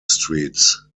streets